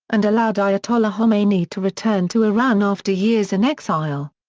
and allowed ayatollah khomeini to return to iran after years in exile.